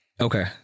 Okay